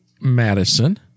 Madison